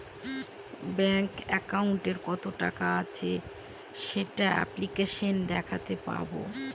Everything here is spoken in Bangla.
ব্যাঙ্ক একাউন্টে কত টাকা আছে সেটা অ্যাপ্লিকেসনে দেখাতে পাবো